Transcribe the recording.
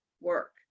work